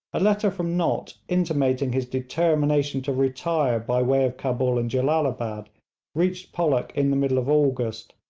a letter from nott intimating his determination to retire by way of cabul and jellalabad reached pollock in the middle of august,